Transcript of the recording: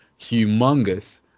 humongous